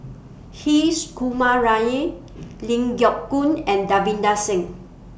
His Kumar Ling Geok Choon and Davinder Singh